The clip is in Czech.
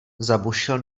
zabušil